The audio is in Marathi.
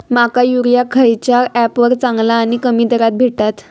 माका युरिया खयच्या ऍपवर चांगला आणि कमी दरात भेटात?